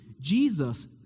Jesus